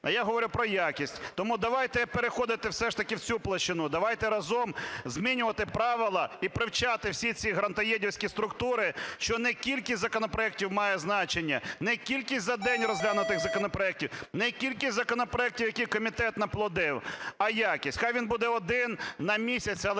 А я говорю про якість. Тому давайте переходити все ж таки в цю площину, давайте разом змінювати правила і привчати всі ці "грантоїдівські" структури, що не кількість законопроектів має значення, не кількість за день розглянутих законопроектів, не кількість законопроектів, які комітет наплодив, а якість. Хай він буде один на місяць, але